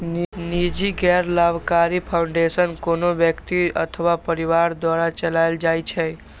निजी गैर लाभकारी फाउंडेशन कोनो व्यक्ति अथवा परिवार द्वारा चलाएल जाइ छै